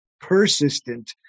persistent